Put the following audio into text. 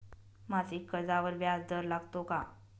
मासिक कर्जावर व्याज दर लागतो का?